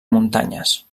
muntanyes